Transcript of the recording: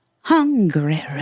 Hungry